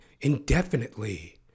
Indefinitely